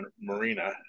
marina